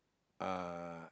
uh